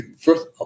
first